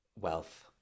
Wealth